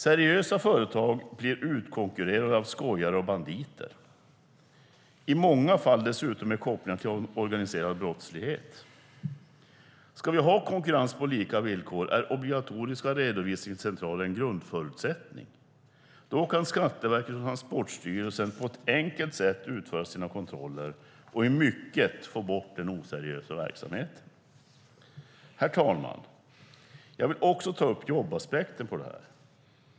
Seriösa företag blir utkonkurrerade av skojare och banditer som i många fall dessutom har kopplingar till organiserad brottslighet. Om vi ska ha konkurrens på lika villkor är obligatoriska redovisningscentraler en grundförutsättning. Då kan Skatteverket och Transportstyrelsen på ett enkelt sätt utföra sina kontroller och i stor utsträckning få bort den oseriösa verksamheten. Herr talman! Jag vill också ta upp jobbaspekten.